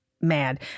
mad